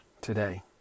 today